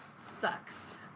sucks